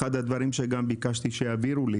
אחד הדברים שביקשתי שיעבירו לי